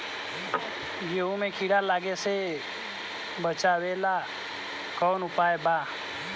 गेहूँ मे कीड़ा लागे से बचावेला कौन उपाय बा?